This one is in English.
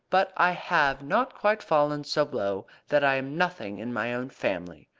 but i have not quite fallen so low that i am nothing in my own family.